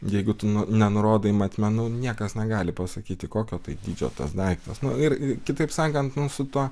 jeigu tu nenurodai matmenų niekas negali pasakyti kokio dydžio tas daiktas nu ir kitaip sakant su tuo